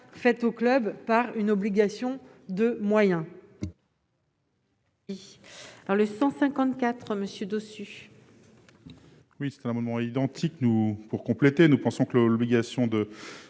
imposée aux clubs par une obligation de moyens.